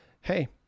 hey